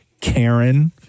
Karen